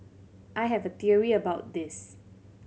I have a theory about this